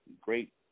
great